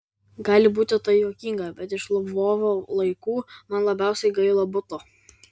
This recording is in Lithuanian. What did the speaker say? gali būti tai juokinga bet iš lvovo laikų man labiausiai gaila buto